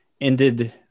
ended